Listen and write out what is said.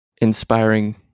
inspiring